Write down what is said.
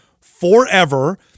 forever